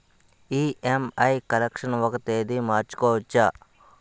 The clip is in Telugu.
ఇ.ఎం.ఐ కలెక్షన్ ఒక తేదీ మార్చుకోవచ్చా?